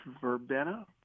verbena